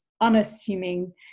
unassuming